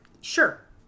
Sure